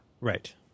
Right